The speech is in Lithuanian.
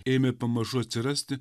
ėmė pamažu atsirasti